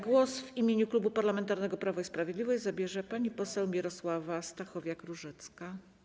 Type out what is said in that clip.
Głos w imieniu Klubu Parlamentarnego Prawo i Sprawiedliwość zabierze pani poseł Mirosława Stachowiak-Różecka.